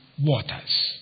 waters